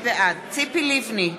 בעד ציפי לבני,